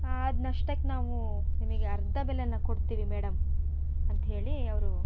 ಆದ ನಷ್ಟಕ್ಕೆ ನಾವು ನಿಮಗೆ ಅರ್ಧ ಬೆಲೆನ ಕೊಡ್ತೀವಿ ಮೇಡಮ್ ಅಂತ ಹೇಳಿ ಅವರು